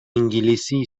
انگلیسی